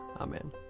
Amen